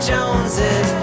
Joneses